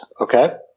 Okay